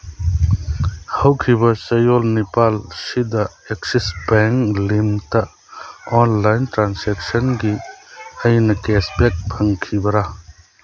ꯍꯧꯈꯤꯕ ꯆꯌꯣꯜ ꯅꯤꯄꯥꯜꯁꯤꯗ ꯑꯦꯛꯁꯤꯁ ꯕꯦꯡ ꯂꯤꯝꯇ ꯑꯣꯟꯂꯥꯏꯟ ꯇ꯭ꯔꯥꯟꯖꯦꯛꯁꯟꯒꯤ ꯑꯩꯅ ꯀꯦꯁꯕꯦꯛ ꯐꯪꯈꯤꯕ꯭ꯔ